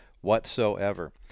whatsoever